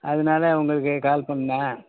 அதனால் உங்களுக்கு கால் பண்ணேன்